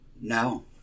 No